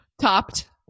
Topped